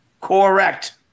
Correct